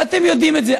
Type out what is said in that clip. אתם יודעים את זה,